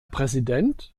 präsident